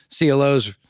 CLOs